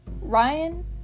Ryan